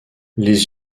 les